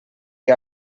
que